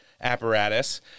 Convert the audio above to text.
apparatus